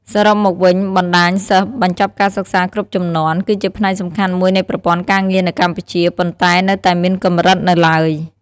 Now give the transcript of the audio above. សរុបមកវិញ បណ្តាញសិស្សបញ្ចប់ការសិក្សាគ្រប់ជំនាន់ គឺជាផ្នែកសំខាន់មួយនៃប្រព័ន្ធការងារនៅកម្ពុជា ប៉ុន្តែនៅតែមានកម្រិតនៅឡើយ។